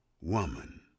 Woman